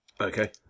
Okay